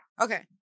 okay